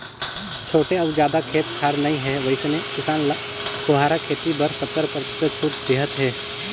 छोटे अउ जादा खेत खार नइ हे वइसने किसान ल फुहारा खेती बर सत्तर परतिसत छूट देहत हे